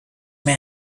may